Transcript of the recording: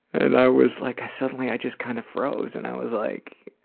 and i was like i suddenly i just kind of froze, and i was like,